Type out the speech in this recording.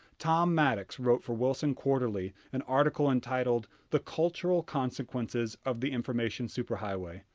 tom maddox wrote for wilson quarterly an article entitled the cultural consequences of the information superhighway.